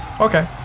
Okay